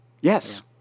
Yes